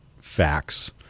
facts